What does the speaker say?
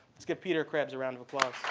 let's give peter krebbs a round of applause.